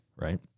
right